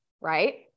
Right